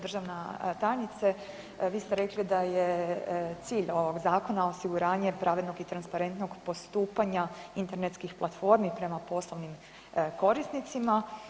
Državna tajnice, vi ste rekli da je cilj ovog zakona osiguranje pravednog i transparentnog postupanja internetskih platformi prema poslovnim korisnicima.